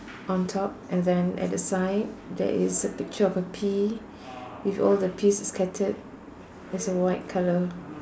on top and then at the side there is a picture of a pea with all the peas scattered as a white colour